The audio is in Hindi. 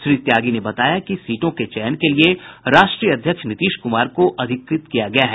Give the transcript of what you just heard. श्री त्यागी ने बताया कि सीटों के चयन के लिये राष्ट्रीय अध्यक्ष नीतीश कुमार को अधिकृत किया गया है